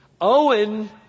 Owen